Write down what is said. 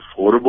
affordable